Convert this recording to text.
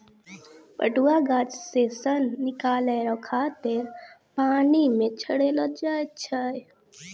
पटुआ गाछ से सन निकालै रो खातिर पानी मे छड़ैलो जाय छै